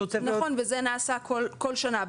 נכון, וזה נעשה כל שנה.